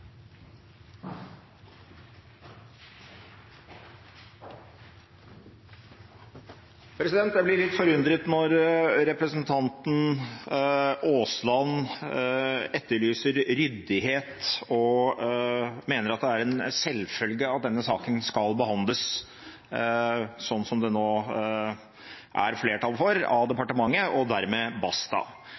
talerstol. Jeg blir litt forundret når representanten Aasland etterlyser ryddighet og mener at det er en selvfølge at denne saken skal behandles av departementet, som det nå er flertall for, og dermed